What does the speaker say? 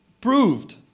Proved